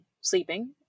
sleeping